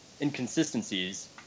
inconsistencies